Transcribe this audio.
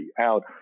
out